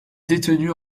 détenue